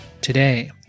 today